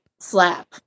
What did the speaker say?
slap